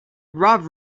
rob